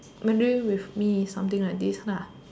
maybe with me something like this